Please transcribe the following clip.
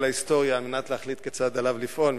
ההיסטוריה על מנת להחליט כיצד עליו לפעול,